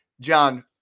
John